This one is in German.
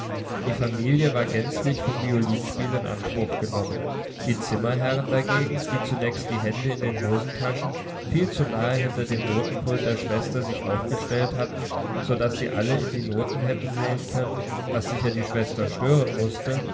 die familie war gänzlich vom violinspiel in anspruch genommen die zimmerherren dagegen die zunächst die hände in den hosentaschen viel zu nahe hinter dem notenpult der schwester sich aufgestellt hatten so daß sie alle in die noten hätten sehen können was sicher die schwester stören mußte